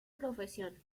profesión